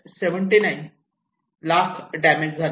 79 lakh damage झाले